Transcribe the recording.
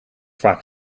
vaak